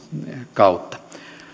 kautta